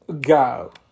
Go